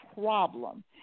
problem